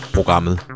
Programmet